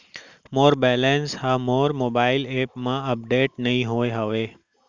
मोर balance हा मोर mobile app मा अपडेट नहीं होय हवे